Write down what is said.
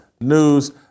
News